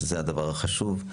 שזה הדבר החשוב,